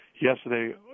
yesterday